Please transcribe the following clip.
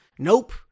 Nope